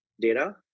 data